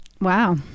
Wow